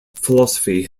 philosophy